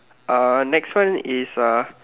uh next one is uh